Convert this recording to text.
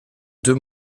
deux